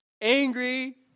angry